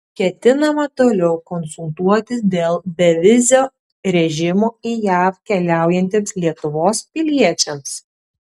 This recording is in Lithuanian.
ketinama toliau konsultuotis dėl bevizio režimo į jav keliaujantiems lietuvos piliečiams